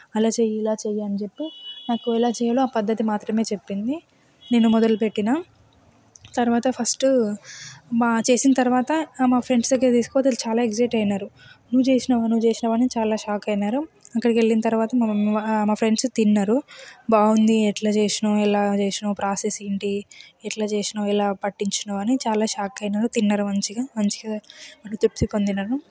అలా చేయి ఇలా చేయి అని చెప్పి నాకు ఎలా చేయాలో ఆ పద్ధతి మాత్రమే చెప్పింది నేను మొదలుపెట్టిన తర్వాత ఫస్ట్ మా చేసిన తర్వాత మా ఫ్రెండ్స్ దగ్గరికి తీసుకొని పోతే వాళ్ళు చాలా ఎక్సైట్ అయ్యారు నువ్వు చేసినావా నువ్వు చేసినావా అని షాక్ అయ్యారు అక్కడికి వెళ్లిన తర్వాత మా మా ఫ్రెండ్స్ తిన్నారు బాగుంది ఎట్ల చేసినావు ఎలా చేసినావు ప్రాసెస్ ఏంటి ఎట్లా చేసినావ్ ఎలా పట్టించినవని చాలా షాక్ అయినారు తిన్నారు మంచిగా మంచిగా వాళ్లు చెప్పు చెప్పు అన్నారు